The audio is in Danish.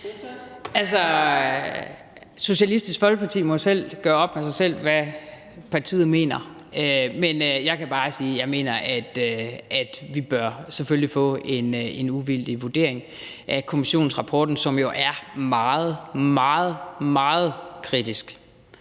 Socialistisk Folkeparti må gøre op med sig selv, hvad partiet mener, men jeg kan bare sige, at jeg mener, at vi selvfølgelig bør få en uvildig vurdering af kommissionsrapporten, som jo er meget, meget kritisk